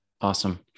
Awesome